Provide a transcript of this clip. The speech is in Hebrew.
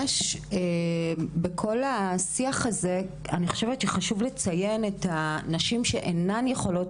בכל השיח חשוב לציין את הנשים שאינן יכולות